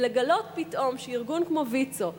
ולגלות פתאום שארגון כמו ויצו,